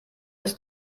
des